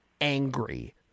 angry